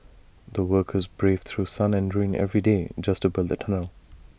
the workers braved through sun and rain every day just to build the tunnel